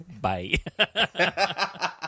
bye